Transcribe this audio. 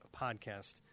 podcast